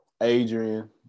Adrian